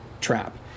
trap